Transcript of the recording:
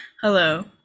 Hello